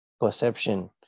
perception